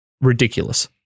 ridiculous